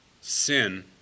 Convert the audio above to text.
Sin